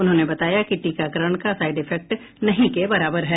उन्होंने बताया कि टीकाकरण का साइड इफेक्ट नहीं के बराबर है